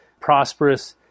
prosperous